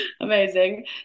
amazing